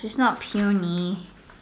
it's not puny